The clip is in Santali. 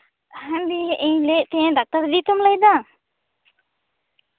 ᱦᱮᱸ ᱫᱤ ᱤᱧ ᱞᱟᱹᱭᱮᱜ ᱛᱟᱦᱮᱱᱤᱧ ᱰᱟᱠᱛᱟᱨ ᱤᱫᱤ ᱛᱚᱢ ᱞᱟᱹᱭᱫᱟ